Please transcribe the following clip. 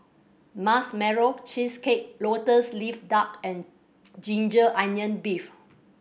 Marshmallow Cheesecake Lotus Leaf Duck and ginger onion beef